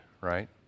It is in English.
right